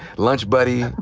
lunch buddy.